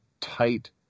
tight